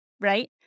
right